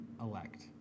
elect